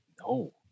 No